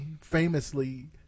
famously